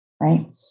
right